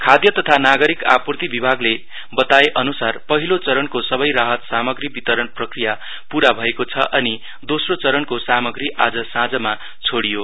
खाद्य तथा नागरिक आपूर्ती विभागले बताए अनुसार पहिलो चरणको सबै राहत सामग्री वितरण प्रक्रिया पूरा भएको छ अनि दोस्रो चरणको सामग्री आज साँझमा छोड़ियो